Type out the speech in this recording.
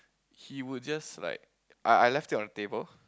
he would just like I I left it on the table